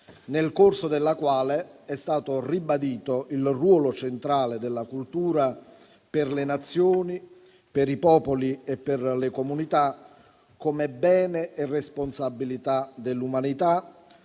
nel corso della quale è stato ribadito il ruolo centrale della cultura per le nazioni, per i popoli e per le comunità, come bene e responsabilità dell'umanità,